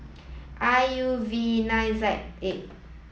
I U V nine Z eight